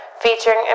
featuring